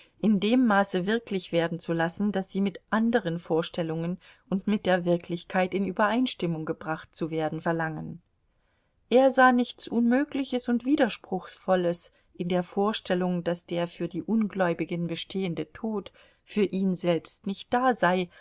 in dem maße wirklich werden zu lassen daß sie mit anderen vorstellungen und mit der wirklichkeit in übereinstimmung gebracht zu werden verlangen er sah nichts unmögliches und widerspruchsvolles in der vorstellung daß der für die ungläubigen bestehende tod für ihn selbst nicht da sei